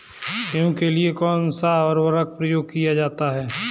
गेहूँ के लिए कौनसा उर्वरक प्रयोग किया जाता है?